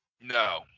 No